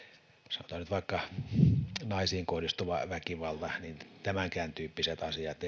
sanotaan vaikka naisiin kohdistuva väkivalta tämänkään tyyppiset asiat